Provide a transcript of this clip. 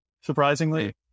Surprisingly